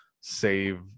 save